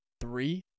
three